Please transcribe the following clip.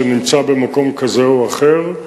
שנמצא במקום כזה או אחר,